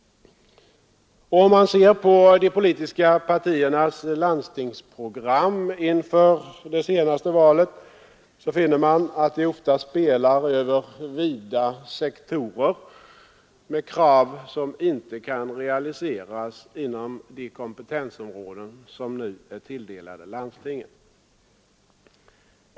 Och om man ser på de politiska partiernas landstingsprogram inför det senaste valet, så finner man att de ofta spelar över vida sektorer med krav som inte kan realiseras inom de kompetensområden som nu är tilldelade landstingen.